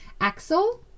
Axel